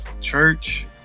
church